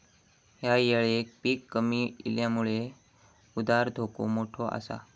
ह्या येळेक पीक कमी इल्यामुळे उधार धोका मोठो आसा